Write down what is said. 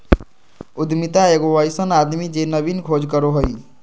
उद्यमिता एगो अइसन आदमी जे नवीन खोज करो हइ